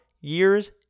years